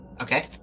Okay